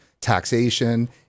taxation